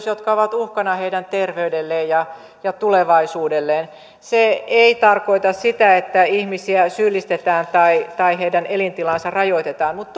jotka ovat uhkana heidän terveydelleen ja ja tulevaisuudelleen se ei tarkoita sitä että ihmisiä syyllistetään tai tai heidän elintilaansa rajoitetaan mutta